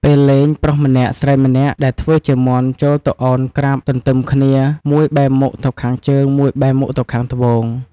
ពេលលេងប្រុសម្នាក់ស្រីម្នាក់ដែលធ្វើជាមាន់ចូលទៅឱនក្រាបទន្ទឹម គ្នា មួយបែរមុខទៅខាងជើង មួយបែរមុខទៅខាងត្បូង ។